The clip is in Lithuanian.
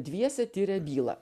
dviese tiria bylą